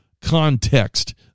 context